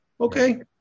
Okay